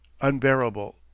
unbearable